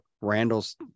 Randall's